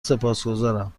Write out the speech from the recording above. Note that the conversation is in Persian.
سپاسگزارم